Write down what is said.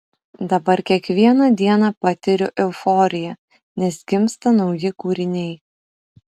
dabar kiekvieną dieną patiriu euforiją nes gimsta nauji kūriniai